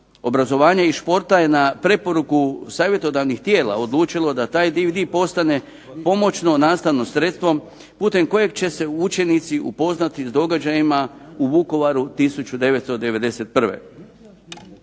obrazovanja i športa je na preporuku savjetodavnih tijela odlučilo da taj DVD postane pomoćno nastavno sredstvo putem kojeg će se učenici upoznati s događajima u Vukovaru 1991.